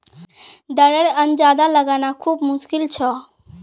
दरेर अंदाजा लगाना खूब मुश्किल छोक